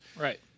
Right